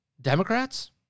Democrats